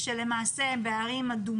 אני לא יודע לומר לך עכשיו כמה לא למדו